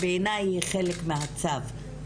שבעיניי היא חלק מהצו,